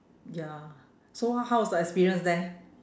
ya so how was the experience there